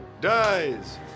dies